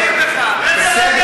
אנחנו תומכים בך,